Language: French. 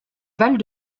valent